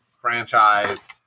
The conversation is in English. franchise